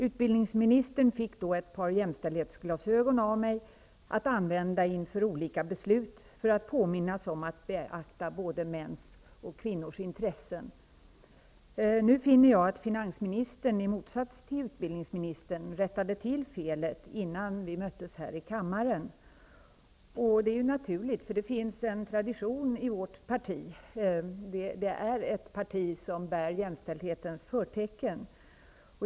Utbildningsministern fick vid det tillfället ett par jämställdhetsglasögon av mig, att använda inför olika beslut för att påminnas om att beakta både mäns och kvinnors intressen. Jag finner nu att finansministern, i motsats till utbildningsministern, rättade till felet innan vi möttes här i kammaren. Det är ju naturligt, eftersom det i vårt parti finns en tradition på detta område; Folkpartiet liberalerna är ett parti som bär jämställdhetens förtecken.